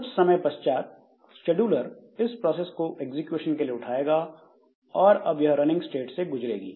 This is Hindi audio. कुछ समय पश्चात शेड्यूलर इस प्रोसेस को एग्जीक्यूशन के लिए उठाएगा और अब यह रनिंग स्टेट से गुजरेगी